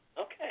Okay